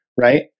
Right